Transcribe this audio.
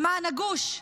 למען הגוש,